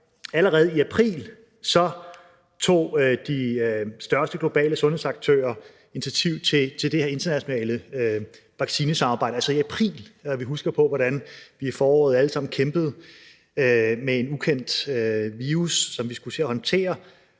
Allerede i april 2020 tog de største globale sundhedsaktører initiativ til det her internationale vaccinesamarbejde – altså i april. Vi husker, hvordan vi i foråret alle sammen kæmpede med en ukendt virus, som vi skulle til at håndtere. Og